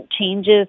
changes